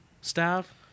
staff